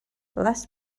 less